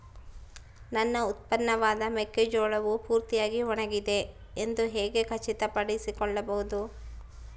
ನನ್ನ ಉತ್ಪನ್ನವಾದ ಮೆಕ್ಕೆಜೋಳವು ಪೂರ್ತಿಯಾಗಿ ಒಣಗಿದೆ ಎಂದು ಹೇಗೆ ಖಚಿತಪಡಿಸಿಕೊಳ್ಳಬಹುದು?